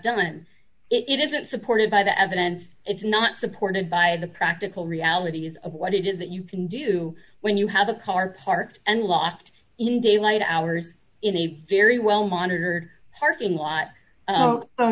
done it isn't supported by the evidence it's not supported by the practical realities of what it is that you can do when you have a car parked and loft in daylight hours in a very well monitored parking lot